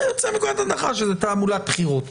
אתה יוצא מנקודת הנחה שזו תעמולת בחירות,